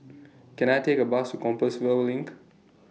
Can I Take A Bus to Compassvale LINK